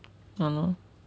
!hannor!